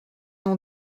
nom